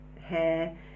hair